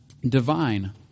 divine